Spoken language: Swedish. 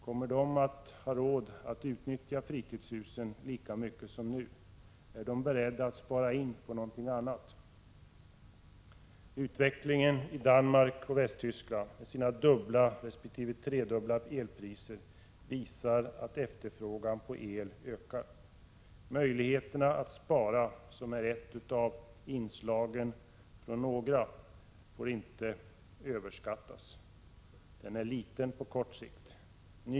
Kommer de att ha råd att utnyttja fritidshusen lika mycket som nu? Är de beredda att spara in på någonting annat? Utvecklingen i Danmark och Västtyskland, som jämfört med Sverige har dubbla resp. tredubbla elpriser, visar att efterfrågan på el ökar. Möjligheten att spara får inte överskattas. Den är liten på kort sikt.